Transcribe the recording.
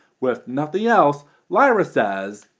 with nothing else lira says